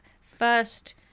first